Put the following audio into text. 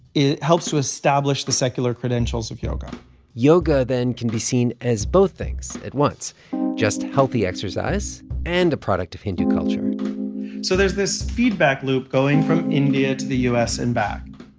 it helps to establish the secular credentials of yoga yoga than can be seen as both things at once just healthy exercise and a product of hindu culture so there's this feedback loop going from india to the u s. and back